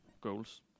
goals